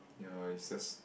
ya it's just